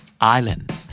Island